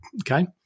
Okay